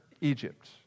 Egypt